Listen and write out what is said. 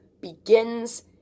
begins